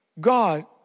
God